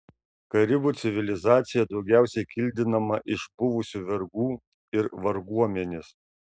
karibų civilizacija daugiausiai kildinama iš buvusių vergų ir varguomenės